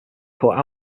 caught